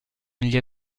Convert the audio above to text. negli